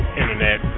internet